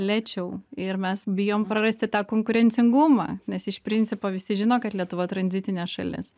lėčiau ir mes bijom prarasti tą konkurencingumą nes iš principo visi žino kad lietuva tranzitinė šalis